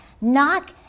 knock